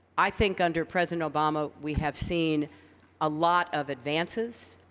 i think under president obama we have seen a lot of advances,